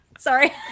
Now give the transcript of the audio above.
sorry